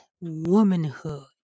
womanhood